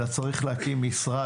אלא צריך להקים משרד.